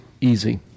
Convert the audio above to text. easy